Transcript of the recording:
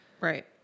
Right